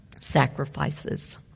sacrifices